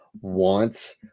wants